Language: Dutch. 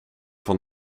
van